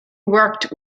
worked